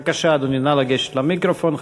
בבקשה, אדוני, נא לגשת למיקרופון.